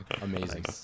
amazing